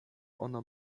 ono